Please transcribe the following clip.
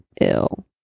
ill